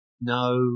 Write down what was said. No